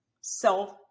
self